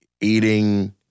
eating